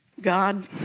God